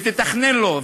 ותתכנן לו,